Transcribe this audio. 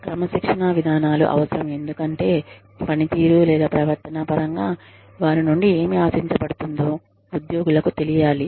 క్రమశిక్షణా విధానాలు అవసరం ఎందుకంటే పనితీరు లేదా ప్రవర్తన పరంగా వారి నుండి ఏమి ఆశించబడుతుందో ఉద్యోగులకు తెలియాలి